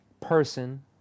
person